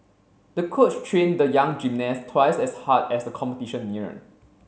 the coach trained the young gymnast twice as hard as the competition neared